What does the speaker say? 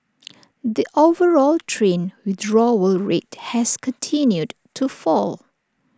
the overall train withdrawal rate has continued to fall